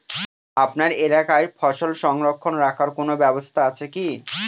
আপনার এলাকায় ফসল সংরক্ষণ রাখার কোন ব্যাবস্থা আছে কি?